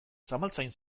zamaltzain